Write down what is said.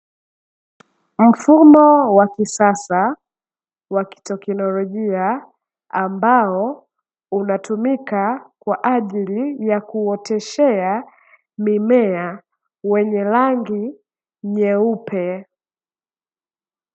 Mfumo wa kisasa wa kiteknolojia ambao unatumika kwa aajili ya kuoteshea mimea wenye rangi nyeupe.